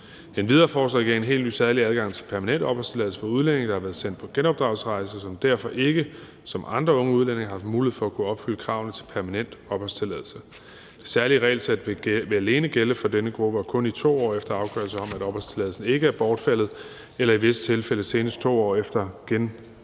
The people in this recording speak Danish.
Endvidere foreslår regeringen en helt ny særlig adgang til permanent opholdstilladelse for udlændinge, der har været sendt på genopdragelsesrejse, og som derfor ikke som andre unge udlændinge har haft mulighed for at kunne opfylde kravene til permanent opholdstilladelse. Det særlige regelsæt vil alene gælde for denne gruppe og kun i 2 år efter afgørelse om, at opholdstilladelsen ikke er bortfaldet, eller i visse tilfælde senest 2 år efter genindrejsen